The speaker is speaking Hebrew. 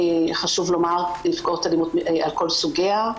וחשוב לומר: נפגעות אלימות על כל סוגיה,